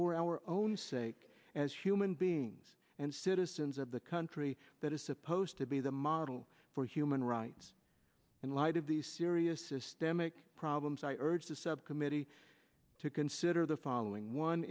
for our own sake as human beings and citizens of the country that is supposed to be the model for human rights in light of these serious systemic problems i urged the subcommittee to consider the following one